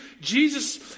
Jesus